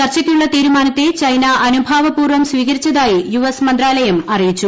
ചർച്ചയ്ക്കുള്ള തീരുമാനത്തെ ചൈന അനുഭാവപൂർവ്വം സ്വീകരിച്ചതായി യു എസ് മന്ത്രാലയം അറിയിച്ചു